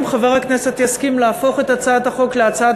אם חבר הכנסת יסכים להפוך את הצעת החוק להצעה